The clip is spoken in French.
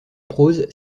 prose